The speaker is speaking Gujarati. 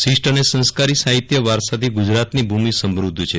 શિષ્ટ અને સંસ્કારી સાહિત્ય વારસાથી ગુજરાતની ભૂમિ સમૃદ્ધ છે